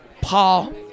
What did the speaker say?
Paul